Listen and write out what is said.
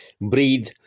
breathe